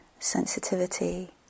sensitivity